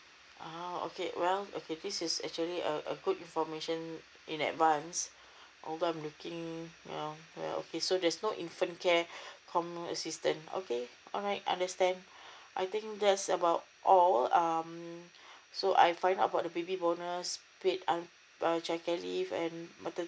oh okay well okay this is actually a a good information in advance although I'm looking you know um well okay so there's no infant care common assistance okay alright understand I think that's about all um so I find about the baby bonus paid childcare leave and maternity